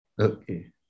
Okay